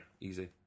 easy